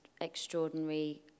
extraordinary